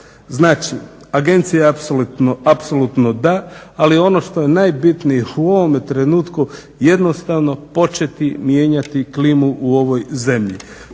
Znači agencija apsolutno da, ali ono što je najbitnije u ovome trenutku jednostavno početi mijenjati klimu u ovoj zemlji.